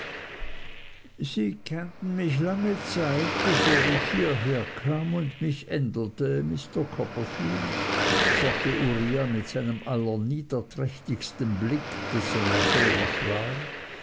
sie kannten mich lange zeit bevor ich hierher kam und mich änderte mr copperfield sagte uriah mit seinem allerniederträchtigsten blick dessen er fähig war